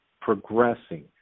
progressing